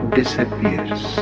disappears